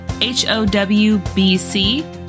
h-o-w-b-c